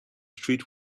street